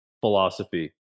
philosophy